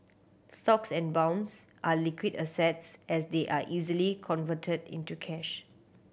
stocks and bonds are liquid assets as they are easily converted into cash